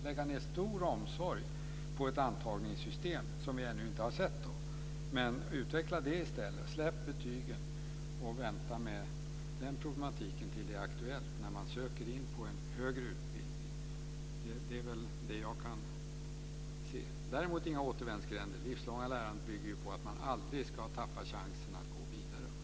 Vi bör lägga stor omsorg på ett antagningssystem, som vi ännu inte har sett, och utveckla det i stället, släppa betygen och vänta med den problematiken tills det är aktuellt att man söker till en högre utbildning. Det är väl det som jag kan se. Däremot ska det inte finnas några återvändsgränder. Det livslånga lärandet bygger på att man aldrig ska tappa chansen att gå vidare.